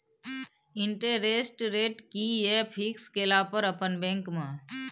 Interest rate कि ये fix केला पर अपन बैंक में?